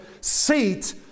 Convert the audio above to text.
seat